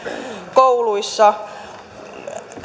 kouluissa